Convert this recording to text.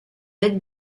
aide